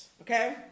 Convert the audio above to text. Okay